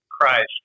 Christ